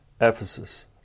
Ephesus